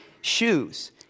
shoes